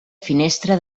finestra